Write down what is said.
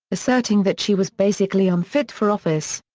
asserting that she was basically unfit for office.